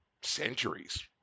centuries